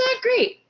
great